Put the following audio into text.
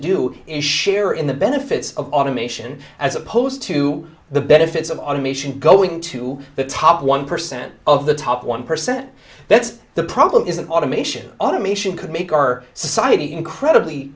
do is share in the benefits of automation as opposed to the benefits of our nation going to the top one percent of the top one percent that's the problem isn't automation automation could make our society incredibly